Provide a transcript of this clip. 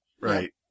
Right